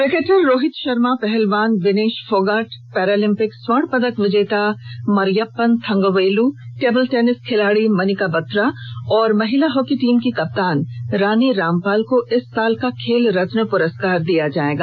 cricketer Rohit Sharma पहलवान Vinesh Phogat Paralympic स्वर्ण पदक विजेता मरियप्पन थंगवेलु टेबल टेनिस खिलाडी मनिका बत्रा और महिला हॉकी टीम की कप्तान रानी रामपाल को इस साल का राजीव गांधी खेल रत्न पुरस्कार दिया जाएगा